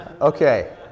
Okay